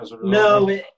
No